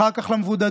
אחר כך המבודדים,